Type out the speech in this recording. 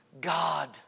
God